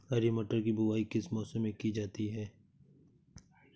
हरी मटर की बुवाई किस मौसम में की जाती है?